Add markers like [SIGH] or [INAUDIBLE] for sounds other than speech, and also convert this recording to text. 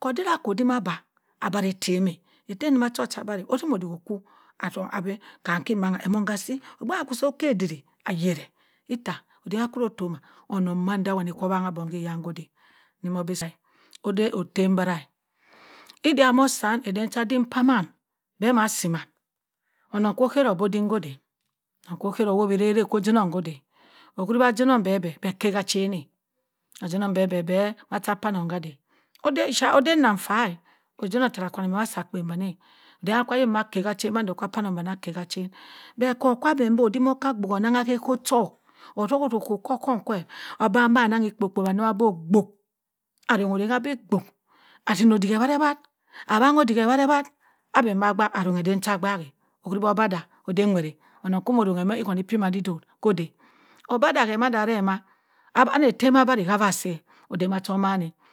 ko idaki odin aba abari ettem-a ettem-wa cho sa abri odik oku atzuka bi kam iki manan emong ka si obgh wani so ke odiri ahera itta odok nwa sira otto ma onnon manda wani ki nwanng bong koda [UNINTELLIGIBLE] oda ettem barah ida mo san eden cha atte pa man be ma asi ma onnong ko okara odu odin koda, onnong ko akara ka oginnong ko da owuri bi aginnong beh-beh be kari ka ganna, aginnong beh beh macha kwanong ka ada oda ephy oda nna afa-a oginnong tarra kwannong ama si akpen dani aden cha ayok a kari ka agẹn mando kwa kwannong akari ka-agẹn but ku kwa aben bo odon oki abgubha onnang ka ako chow atzuko ozu ko ka ọhọhm kwa odanidi anna ekpo kpowa bi [UNINTELLIGIBLE] arranga bi [UNINTELLIGIBLE] awang odik ewrawet adan da akpat aron aben ja abenni owuri obadha odu nweet a onnon ok mo owona ki biphyt ko da obada ke mada are ma anni ettem abari kata